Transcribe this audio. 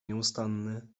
nieustanny